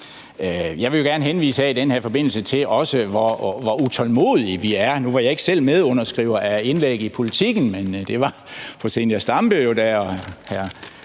Jeg vil også gerne i den her forbindelse henvise til, hvor utålmodige vi er. Nu var jeg ikke selv medunderskriver af indlægget i Politiken, men det var fru Zenia Stampe og hr.